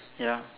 ya